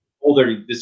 older